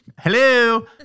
hello